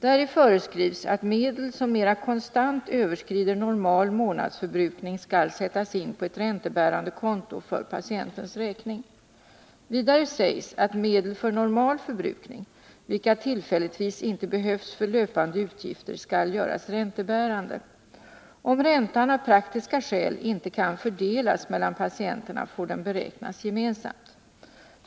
Däri föreskrivs att medel som mera konstant överskrider normal månadsförbrukning skall sättas in på ett räntebärande konto för patientens räkning. Vidare sägs att medel för normal förbrukning, vilka tillfälligtvis inte behövs för löpande utgifter, skall göras räntebärande. Om räntan av praktiska skäl inte kan fördelas mellan patienterna, får den beräknas gemensamt.